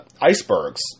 icebergs